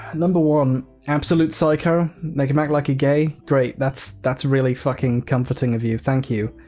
ah number one, um absolute psycho? make him act like a gay? great. that's that's really fucking comforting of you. thank you.